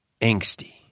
angsty